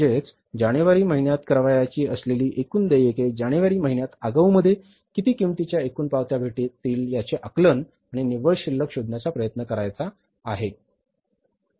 म्हणजेच जानेवारी महिन्यात करावयाची असलेली एकूण देयके जानेवारी महिन्यात आगाऊमध्ये किती किंमतीच्या एकूण पावत्या भेटतील याचे आकलन आणि निव्वळ शिल्लक शोधण्याचा प्रयत्न करायचा आहे